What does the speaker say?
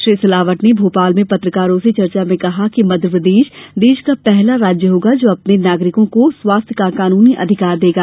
श्री सिलावट ने भोपाल में पत्रकारों से चर्चा में कहा कि मध्यप्रदेश देश का पहला राज्य होगा जो अपने नागरिकों को स्वास्थ्य का कानूनी अधिकार देगा